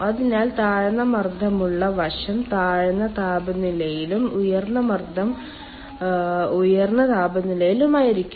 അതിനാൽ താഴ്ന്ന മർദ്ദമുള്ള വശം താഴ്ന്ന താപനിലയിലും ഉയർന്ന മർദ്ദം ഉയർന്ന താപനിലയിലും ആയിരിക്കും